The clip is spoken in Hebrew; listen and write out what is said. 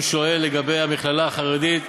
הוא שואל לגבי המכללה החרדית.